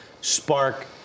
spark